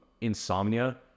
insomnia